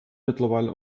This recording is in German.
mittlerweile